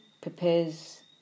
prepares